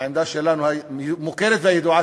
העמדה שלנו מוכרת וידועה,